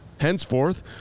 Henceforth